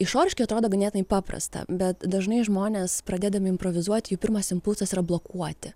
išoriškai atrodo ganėtinai paprasta bet dažnai žmonės pradėdami improvizuoti pirmas impulsas yra blokuoti